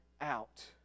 out